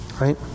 Right